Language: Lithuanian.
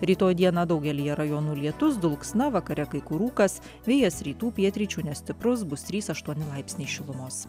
rytoj dieną daugelyje rajonų lietus dulksna vakare kai kur rūkas vėjas rytų pietryčių nestiprus bus trys aštuoni laipsniai šilumos